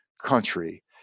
country